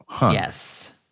yes